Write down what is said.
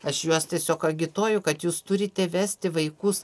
aš juos tiesiog agituoju kad jūs turite vesti vaikus